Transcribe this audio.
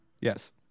Yes